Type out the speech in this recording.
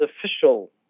official